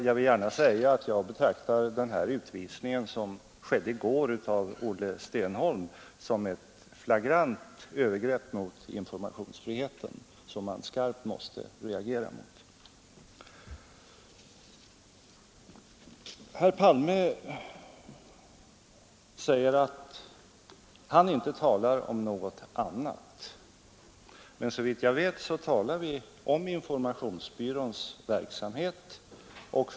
Jag vill här säga att jag betraktar utvisningen i går av Olle Stenholm som ett flagrant övergrepp mot informationsfriheten, som man skarpt måste reagera mot. Herr Palme gör gällande att han inte talar om något annat, men såvitt jag vet talar vi om informationsbyrån och dess verksamhet.